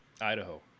Idaho